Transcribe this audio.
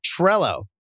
Trello